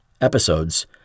episodes